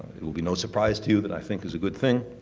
it'll be not surprise to you that i think it's a good thing.